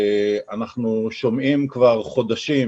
אנחנו שומעים כבר חודשים,